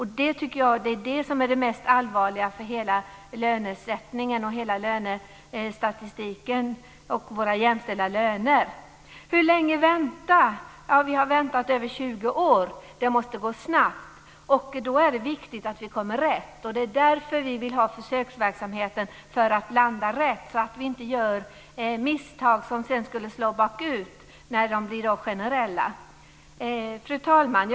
Jag tycker att det är det som är det mest allvarliga för lönesättningen och lönestatistiken. Hur länge ska kvinnorna vänta? Ja, vi har väntat i över 20 år. Det måste gå snabbt, och då är det viktigt att vi kommer rätt. Det är därför vi vill ha försöksverksamhet - för att landa rätt. Vi ska inte göra misstag som slår tillbaks när verksamheten blir generell. Fru talman!